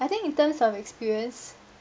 I think in terms of experience